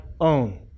own